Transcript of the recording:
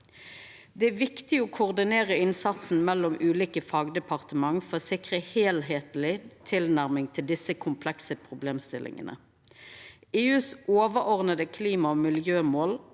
Det er viktig å koordinera innsatsen mellom ulike fagdepartement for å sikra ei heilskapleg tilnærming til desse komplekse problemstillingane. EUs overordna klima- og miljømål